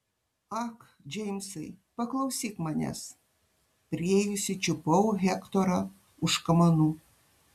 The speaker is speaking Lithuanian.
ak džeimsai paklausyk manęs priėjusi čiupau hektorą už kamanų